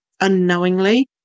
unknowingly